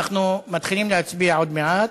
אנחנו מתחילים להצביע עוד מעט.